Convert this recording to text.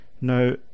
now